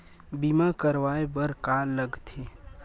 बीमा करवाय बर का का लगथे?